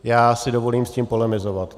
Já si dovolím s tím polemizovat.